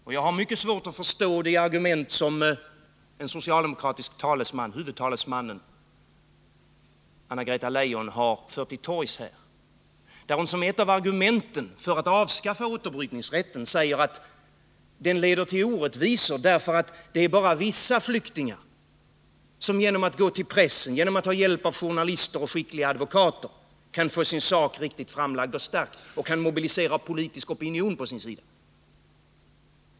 Det är vidare mycket svårt att förstå de argument som socialdemokraternas huvudtalesman — Anna-Greta Leijon — här har fört till torgs. Som ett av argumenten för ett avskaffande av återbrytningsrätten anför hon att denna leder till orättvisor, därför att det är bara vissa flyktingar som genom att gå till pressen eller genom att ta hjälp av journalister och skickliga advokater kan få sin sak riktigt framlagd och stärkt och som kan mobilisera en politisk opinion på sin sida.